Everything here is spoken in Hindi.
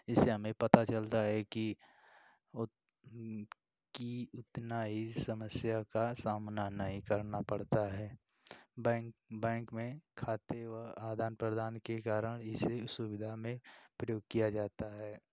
इससे हमें पता चलता है कि अब कि उतना यह समस्या का सामना नहीं करना पड़ता है बैंक बैंक में खाते व आदान प्रदान के कारण इसी सुविधा में प्रयोग किया जाता है